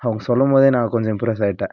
அப்படி சொல்லும்போதே நான் கொஞ்சம் இம்ப்ரஸ் ஆகிட்டேன்